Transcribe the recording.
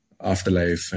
afterlife